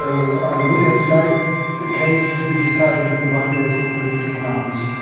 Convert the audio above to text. i would have liked the case to be decided in one way for political grounds,